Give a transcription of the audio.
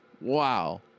Wow